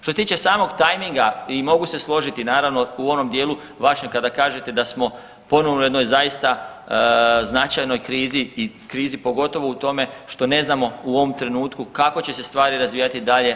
Što se tiče samog tajminga i mogu se složiti naravno u onom dijelu vašem kada kažete da smo ponovo u jednoj zaista značajnoj krizi i krizi pogotovo u tome što ne znamo u ovom trenutku kako će se stvari razvijati dalje.